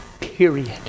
Period